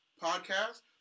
Podcast